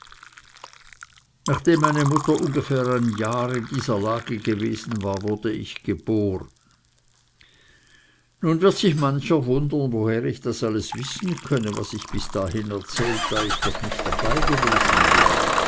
nachdem meine mutter ungefähr ein jahr in dieser lage gewesen war wurde ich geboren nun wird sich mancher wundern woher ich das alles wissen könne was ich bis dahin erzählt da ich doch nicht dabei gewesen bin